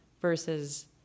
Versus